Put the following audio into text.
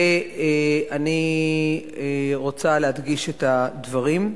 ואני רוצה להדגיש את הדברים.